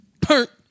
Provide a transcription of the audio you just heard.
perk